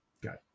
got